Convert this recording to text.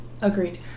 Agreed